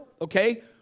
okay